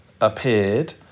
appeared